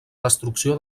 destrucció